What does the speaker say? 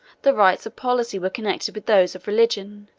the rites of policy were connected with those of religion,